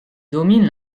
domine